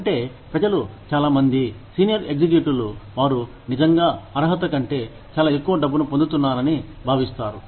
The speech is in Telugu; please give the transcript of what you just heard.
అంటే ప్రజలు చాలా మంది సీనియర్ ఎగ్జిక్యూటివ్లు వారు నిజంగా అర్హత కంటే చాలా ఎక్కువ డబ్బును పొందుతున్నారని భావిస్తారు